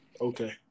Okay